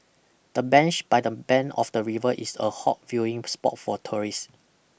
the bench by the bend of the river is a hot viewing spot for tourists